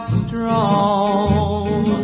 strong